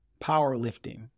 powerlifting